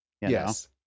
yes